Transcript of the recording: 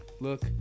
Look